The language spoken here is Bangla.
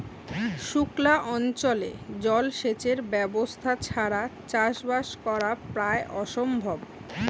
সুক্লা অঞ্চলে জল সেচের ব্যবস্থা ছাড়া চাষবাস করা প্রায় অসম্ভব